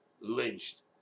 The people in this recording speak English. lynched